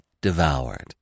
devoured